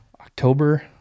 October